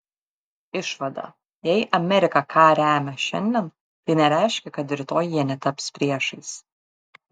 išvada jei amerika ką remia šiandien tai nereiškia kad rytoj jie netaps priešais